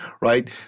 right